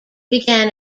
began